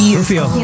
Rufio